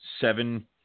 seven